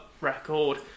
record